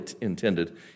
intended